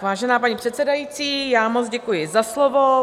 Vážená paní předsedající, moc děkuji za slovo.